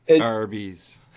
Arby's